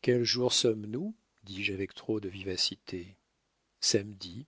quel jour sommes-nous dis-je avec trop de vivacité samedi